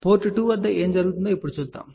port 2 వద్ద ఏమి జరుగుతుందో ఇప్పుడు చూద్దాం